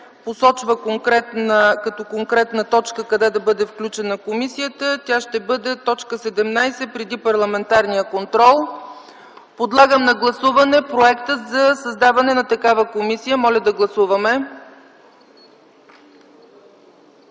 посочва конкретна точка къде да бъде включена комисията, тя ще бъде т. 17 - преди парламентарния контрол. Подлагам на гласуване проекта за създаване на такава комисия. Моля да гласуваме.